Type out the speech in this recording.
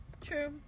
true